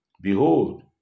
Behold